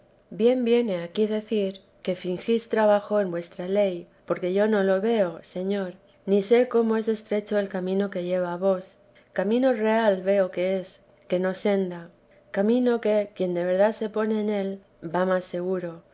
bien viene aquí decir que fingís trabajo en vuestra ley porque yo no lo veo señor ni sé cómo es estrecho el camino que lleva a vos camino real veo que es que no senda camino que quien de verdad se pone en él va más seguro